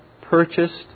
purchased